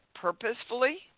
purposefully